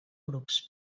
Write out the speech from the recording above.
grups